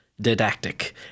didactic